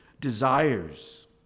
desires